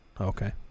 Okay